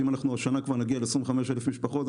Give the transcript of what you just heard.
אם השנה כבר נגיע ל-25,000 משפחות,